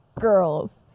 girls